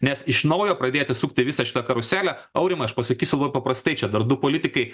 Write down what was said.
nes iš naujo pradėti sukti visą šitą karuselę aurimai aš pasakysiu paprastai čia dar du politikai